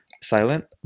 silent